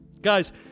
Guys